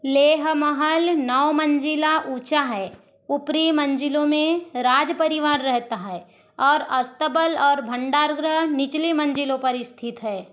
लेह महल नौ मंजिला ऊंचा है ऊपरी मंजिलों मे राज परिवार रहता है और अस्तबल और भंडार गृह निचली मंजिलों पर स्थित है